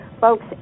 Folks